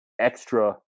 extra